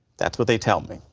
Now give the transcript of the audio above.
that's what they tell me.